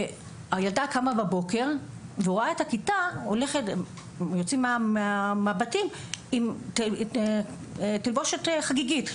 הילדה קמה בבוקר ורואה את הכיתה כשהם יוצאים מהבתים עם תלבושת חגיגית,